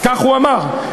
כך הוא אמר,